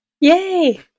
Yay